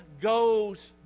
goes